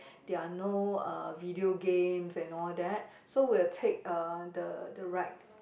there are no uh video games and all that so we'll take uh the the ride